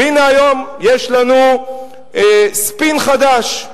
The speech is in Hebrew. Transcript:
והנה, היום יש לנו ספין חדש,